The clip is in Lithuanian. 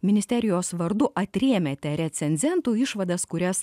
ministerijos vardu atrėmėte recenzentų išvadas kurias